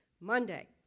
Monday